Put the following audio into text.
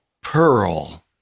pearl